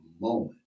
moment